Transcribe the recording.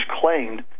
claimed